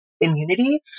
immunity